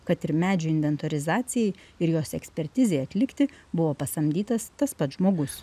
kad ir medžių inventorizacijai ir jos ekspertizei atlikti buvo pasamdytas tas pats žmogus